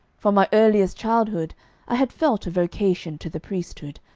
from my earliest childhood i had felt a vocation to the priesthood,